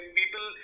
people